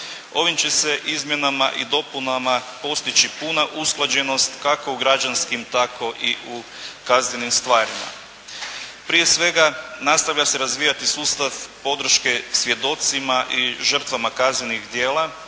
ovim će se izmjenama i dopunama postići puna usklađenost kako u građanskim tako i u kaznenim stvarima. Prije svega nastavlja se razvijati sustav podrške svjedocima i žrtvama kaznenih dijela